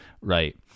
right